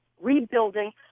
rebuilding